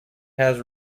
has